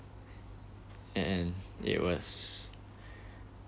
and it was